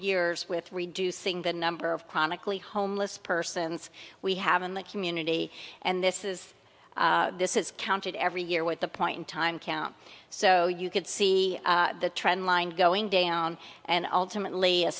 years with reducing the number of chronically homeless persons we have in the community and this is this is counted every year with the point in time count so you could see the trend line going down and ultimately a